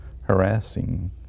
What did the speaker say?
harassing